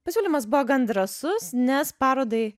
pasiūlymas buvo gan drąsus nes parodai